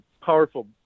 powerful